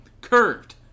curved